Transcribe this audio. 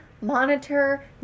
monitor